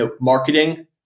marketing